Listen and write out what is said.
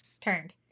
turned